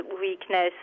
weakness